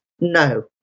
no